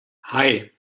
hei